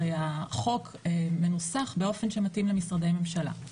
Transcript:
הרי החוק מנוסח באופן שמתאים למשרדי ממשלה.